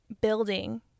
building